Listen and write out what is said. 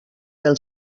del